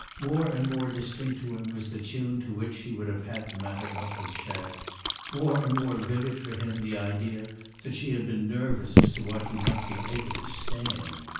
more and more distinct to him was the tune to which she would have had the matter out with chad more and more vivid for him the idea that she had been nervous as to what he might be able to stand.